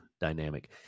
dynamic